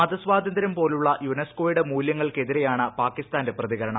മതസ്വാതന്ത്ര്യം പോലുളള യുനസ്കോയുടെ മൂല്യങ്ങൾക്കെതിരെയാണ് പാകിസ്ഥാന്റെ പ്രതികരണം